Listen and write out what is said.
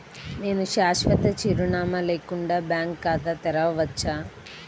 నేను శాశ్వత చిరునామా లేకుండా బ్యాంక్ ఖాతా తెరవచ్చా?